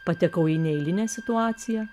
patekau į neeilinę situaciją